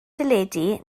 deledu